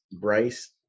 Bryce